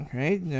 right